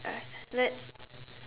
uh let's